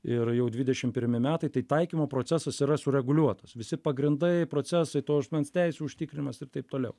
ir jau dvidešim pirmi metai tai taikymo procesas yra sureguliuotas visi pagrindai procesai to asmens teisių užtikrinimas ir taip toliau